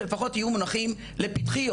שלפחות יהיו מונחים לפתחי,